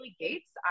Gates